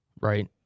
right